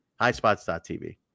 HighSpots.tv